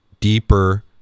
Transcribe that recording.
deeper